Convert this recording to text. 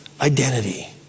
identity